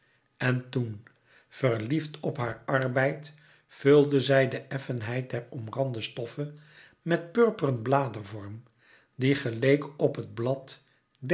en toen verliefd op haar arbeid vulde zij de effenheid der omrande stoffe met purperen bladerenvorm die geleek op het blad